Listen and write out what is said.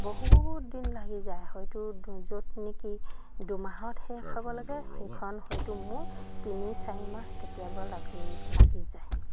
বহুত দিন লাগি যায় হয়তো য'ত নেকি দুমাহত শেষ হ'ব লাগে সেইখন হয়তো মোৰ তিনি চাৰি মাহ কেতিয়াবা লাগি লাগি যায়